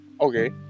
okay